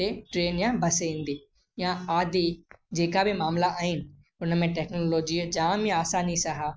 ते ट्रेन या बस ईंदी या आदि जेका बि मामिला आहिनि उन में टेक्नोलॉजीअ जाम आसानी सां